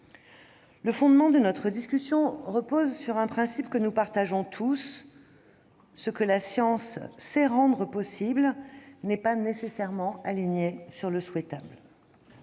exigence. Notre discussion se fonde sur un principe auquel nous souscrivons tous : ce que la science sait rendre possible n'est pas nécessairement aligné sur le souhaitable.